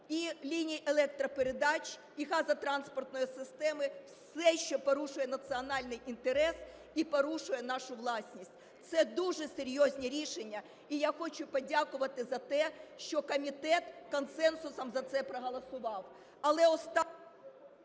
і ліній електропередач, і газотранспортної системи, все, що порушує національний інтерес і порушує нашу власність. Це дуже серйозні рішення. І я хочу подякувати за те, що комітет консенсусом за це проголосував.